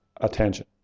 attention